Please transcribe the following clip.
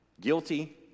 guilty